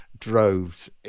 droves